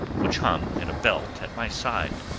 which hung in a belt at my side.